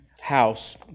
house